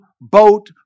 boat